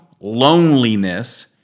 loneliness